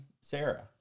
Sarah